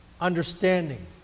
understanding